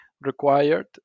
required